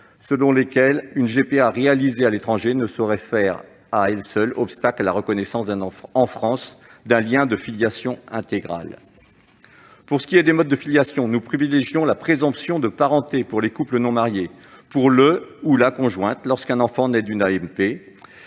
selon lesquelles une GPA réalisée à l'étranger ne saurait faire, à elle seule, obstacle à la reconnaissance en France d'un lien de filiation intégral. Pour ce qui est des modes de filiation, nous privilégions la présomption de parenté pour les couples non mariés, pour le conjoint ou la conjointe, lorsqu'un enfant naît d'une AMP,